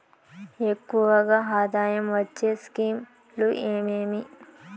ఎక్కువగా ఆదాయం వచ్చే స్కీమ్ లు ఏమేమీ?